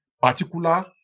particular